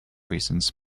reasons